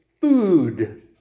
food